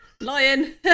lion